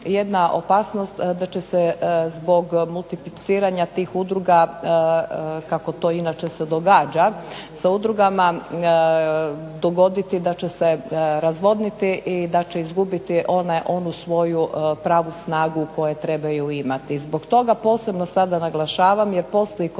jedna opasnost da će se zbog multipliciranja tih udruga kako to se inače događa sa udrugama dogoditi da će se razvodniti i da će izgubiti onu svoju pravu snagu koje trebaju imati. Zbog toga sada posebno naglašavam jer postoji kod mene i